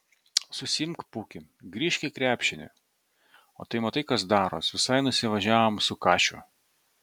susiimk pūki grįžk į krepšinį o tai matai kas daros visai nusivažiavom su kašiu